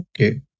Okay